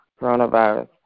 coronavirus